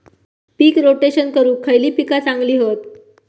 पीक rotation करूक खयली पीका चांगली हत?